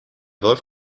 wolf